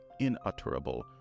inutterable